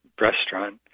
restaurant